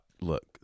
look